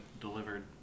delivered